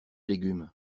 légumes